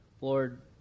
Lord